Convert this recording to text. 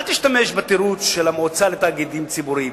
אל תשתמש בתירוץ של המועצה לתאגידים ציבוריים,